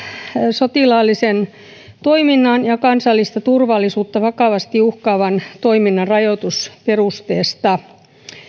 sotilaallisen toiminnan ja kansallista turvallisuutta vakavasti uhkaavan toiminnan rajoitusperusteesta